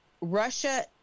Russia